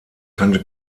kannte